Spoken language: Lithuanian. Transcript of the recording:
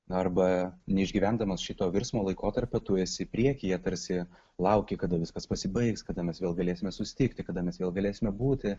arba neišgyvendamas šito virsmo laikotarpio tu esi priekyje tarsi lauki kada viskas pasibaigs kada mes vėl galėsime susitikti kada mes vėl galėsime būti